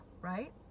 right